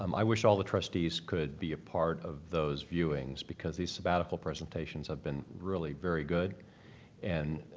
um i wish all the trustees could be a part of those viewings because these sabbatical presentations have been really very good and,